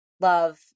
Love